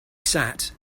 sat